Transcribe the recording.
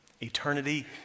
Eternity